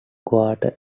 quarter